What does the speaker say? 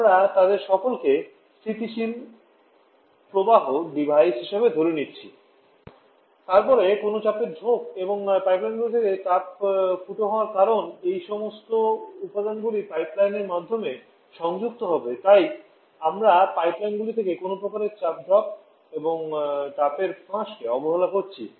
এদের সকলকে স্থিতিশীল প্রবাহ ডিভাইস হিসাবে ধরে নিচ্ছি তারপরে সকল চাপ এবং পাইপলাইনগুলি থেকে তাপ নিঃশেষ হওয়ার কারণ এই সমস্ত উপাদানগুলি পাইপলাইনের মাধ্যমে সংযুক্ত হবে তাই আমরা পাইপলাইনগুলি থেকে কোনও প্রকারের চাপ ড্রপ এবং তাপের নির্গমনকে তুচ্ছ বলে ধরে নিচ্ছি